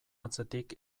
atzetik